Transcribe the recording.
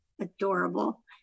adorable